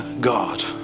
God